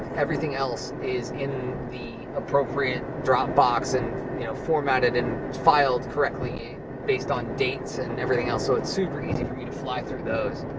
everything else is in the appropriate dropbox and you know formatted and filed correctly based on dates and everything else. so, it's super easy for me to fly through those.